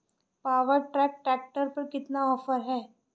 Power track tractor पर कितना offer है?